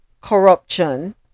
corruption